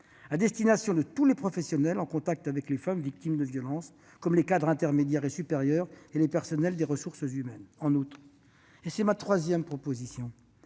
à destination de tous les professionnels en contact avec les femmes victimes de violences, comme les cadres intermédiaires et supérieurs et les personnels des ressources humaines. « En outre, et c'est ma troisième proposition,